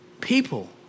people